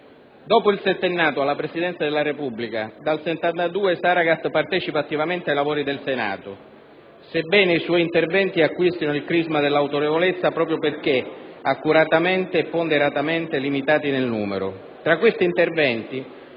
Dopo il settennato alla Presidenza della Repubblica, dal 1972 Saragat partecipa attivamente ai lavori del Senato, sebbene i suoi interventi acquistino il crisma dell'autorevolezza proprio perché accuratamente e ponderatamente limitati nel numero. Tra questi interventi,